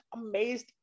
amazed